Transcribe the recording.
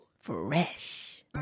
fresh